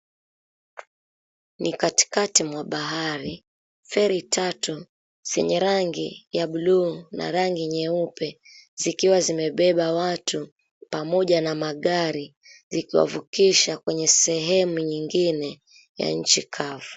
Ni kati kati mwa bahari. Feri tatu zenye rangi ya buluu na rangi nyeupe zikiwa zimebeba watu pamoja na magari zikiwavukisha sehemu nyingine ya nchi kavu.